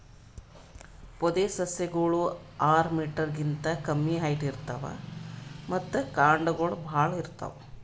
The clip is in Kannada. ಪೊದೆಸಸ್ಯಗೋಳು ಆರ್ ಮೀಟರ್ ಗಿಂತಾ ಕಮ್ಮಿ ಹೈಟ್ ಇರ್ತವ್ ಮತ್ತ್ ಕಾಂಡಗೊಳ್ ಭಾಳ್ ಇರ್ತವ್